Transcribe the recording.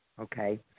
okay